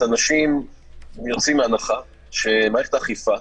אנשים יוצאים מהנחה שמערכת האכיפה,